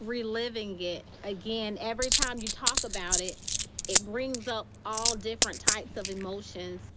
reliving it again, every time you talk about it it brings up all different types of emotions.